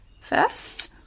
first